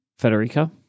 Federica